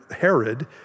Herod